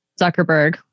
Zuckerberg